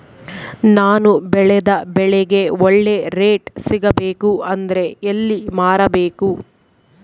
ನಾನು ಬೆಳೆದ ಬೆಳೆಗೆ ಒಳ್ಳೆ ರೇಟ್ ಸಿಗಬೇಕು ಅಂದ್ರೆ ಎಲ್ಲಿ ಮಾರಬೇಕು?